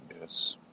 Yes